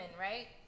right